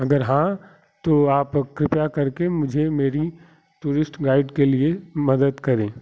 अगर हाँ तो आप कृपया करके मुझे मेरी टुरिस्ट राइड के लिए मदद करें